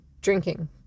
drinking